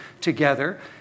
together